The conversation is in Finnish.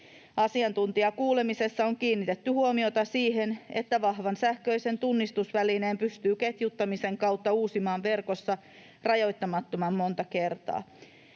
Asiantuntijakuulemisessa on kiinnitetty huomiota siihen, että vahvan sähköisen tunnistusvälineen pystyy ketjuttamisen kautta uusimaan verkossa rajoittamattoman monta kertaa.